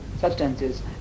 substances